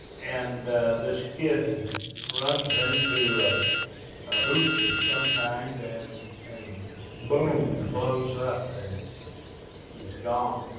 and this kid runs into a hootch of some kind, and and boom, it blows up, and he's gone,